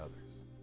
others